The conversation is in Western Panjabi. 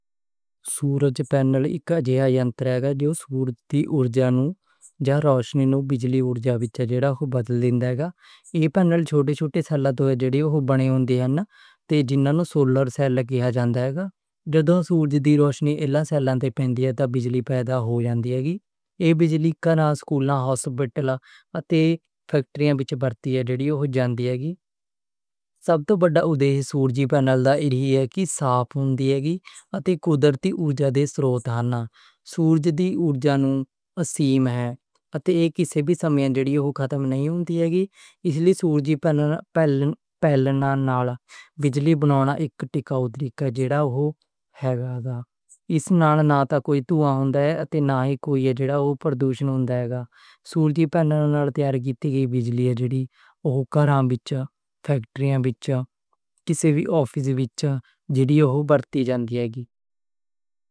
سورج پینل اک اجیہا یانتر ہے جو سورج دی انرجی نوں یا روشنی نوں بجلی انرجی وچ جیڑا اوہ بدل دے گا۔ ایہ پینل چھوٹی چھوٹی سِلاں توں بنے ہوندے ہن تے جنہانوں سولر سِل کہا جاندا ہے۔ جدوں سورج دی روشنی اِنہاں سِلاں تے پیندی ہے تاں بجلی پیدا ہو جاندی ہے۔ ایہ بجلی کاراں، سکولاں، ہاسپتالاں اتے فیکٹریاں وچ ورتی جاندی ہے۔ سبھ توں وڈا فائدہ سورجی پینل دا ایہ ہے کہ صاف ہوندا ہے اتے قدرتی انرجی دے سروتھ نال۔ سورج دی انرجی نوں اسیماں ہے اتے کسے وی سمیں جیڑی اوہ ختم نہیں ہوندی ہے اس لئی سورجی پینل پہلا نال بجلی بنانا اک ٹکاؤ طریقہ ہے جیڑا اوہ ہے گا۔ اس نال ناہ کوئی دھواں ہوندا ہے اتے ناہی کوئی پردوشن ہوندا ہے گا۔ سورجی پینل نال بنائی گئی بجلی کاراں وچ، فیکٹریاں وچ، کسے دے آفس وچ ورتی جاندی ہے۔